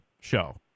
show